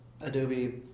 Adobe